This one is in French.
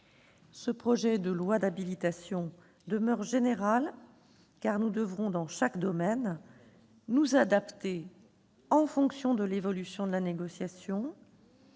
Ce projet de loi d'habilitation demeure général, car nous devrons, dans chaque domaine, nous adapter en fonction de l'évolution de la négociation,